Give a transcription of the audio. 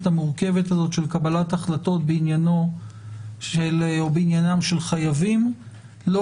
המורכבת הזאת של קבלת החלטות בעניינם של חייבים לא